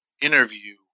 interview